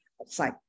Outside